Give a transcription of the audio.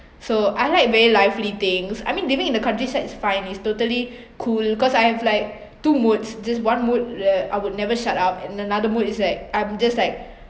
so I like very lively things I mean living in the countryside is fine it's totally cool cause I have like two moods just one mood err I would never shut up and another mood is like I'm just like